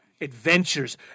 adventures